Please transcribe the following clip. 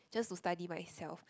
just to study myself